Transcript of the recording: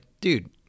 dude